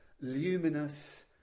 luminous